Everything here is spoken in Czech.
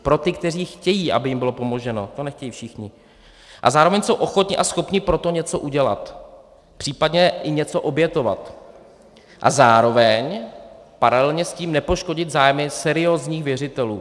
Pro ty, kteří chtějí, aby jim bylo pomoženo, to nechtějí všichni, a zároveň jsou ochotni a schopni pro to něco udělat, příp. i něco obětovat a zároveň paralelně s tím nepoškodit zájmy seriózních věřitelů.